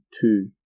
two